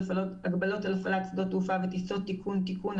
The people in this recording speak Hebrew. (הגבלות על הפעלת שדות תעופה וטיסות) (תיקון) (תיקון,